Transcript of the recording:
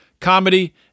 comedy